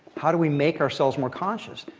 how do we make ourselves more conscious?